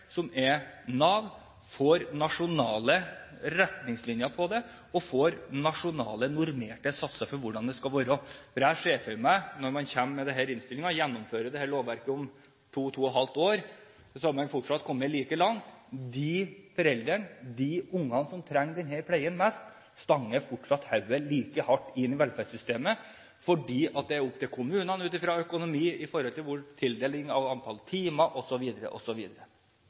som er Nav, får nasjonale retningslinjer og nasjonale normerte satser for hvordan det skal være. Jeg ser for meg at når man kommer med denne innstillingen og gjennomfører dette lovverket om to til to og et halvt år, har man fortsatt kommet like langt. De foreldrene og de barna som trenger denne pleien mest, stanger fortsatt hodet like hardt inn i velferdssystemet, fordi det er opp til kommunene ut ifra økonomi, i forhold til tildeling av antall timer,